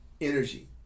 energy